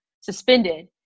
suspended